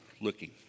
looking